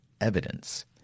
evidence